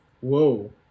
Whoa